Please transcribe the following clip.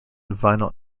vinyl